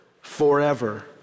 forever